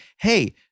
hey